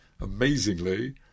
amazingly